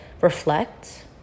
reflect